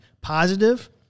positive